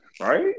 right